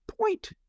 point